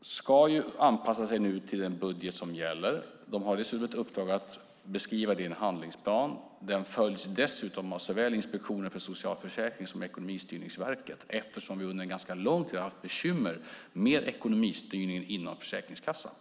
ska anpassa sig till den budget som gäller. De har ett uppdrag att beskriva detta i en handlingsplan, och den följs dessutom av såväl Inspektionen för socialförsäkringen och Ekonomistyrningsverket eftersom vi under en ganska lång tid har haft bekymmer med ekonomistyrning inom Försäkringskassan.